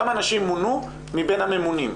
כמה נשים מונו מבין הממונים?